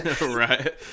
right